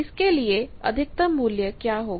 इसके लिए अधिकतम मूल्य क्या होगा